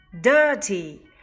Dirty